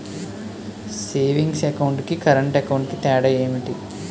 Savings account కి current account కి తేడా ఏమిటి?